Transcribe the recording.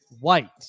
White